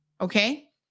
Okay